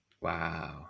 Wow